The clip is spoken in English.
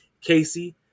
Casey